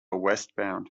westbound